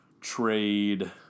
trade